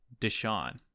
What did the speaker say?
Deshaun